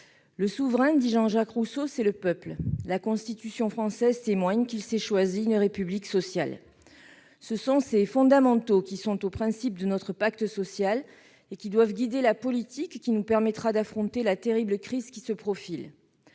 Selon Jean-Jacques Rousseau, le souverain, c'est le peuple. La Constitution française témoigne que celui-ci s'est choisi une République sociale. Ce sont ces fondamentaux qui sont au principe de notre pacte social et qui doivent guider la politique qui nous permettra d'affronter la terrible crise qui se profile.